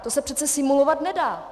To se přece simulovat nedá.